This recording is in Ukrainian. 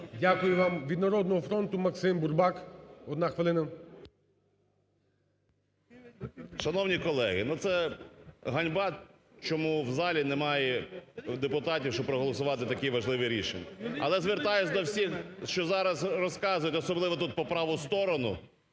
Дякую вам. Від "Народного фронту" – Максим Бурбак, одна хвилина. 13:39:11 БУРБАК М.Ю. Шановні колеги, це ганьба чому в залі немає у депутатів, щоб проголосувати такі важливі рішення. Але звертаюся до всіх, що зараз розказують, особливо тут по праву сторону,